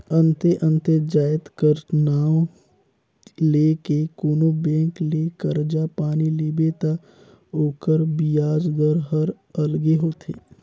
अन्ते अन्ते जाएत कर नांव ले के कोनो बेंक ले करजा पानी लेबे ता ओकर बियाज दर हर अलगे होथे